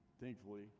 thankfully